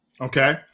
Okay